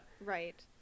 right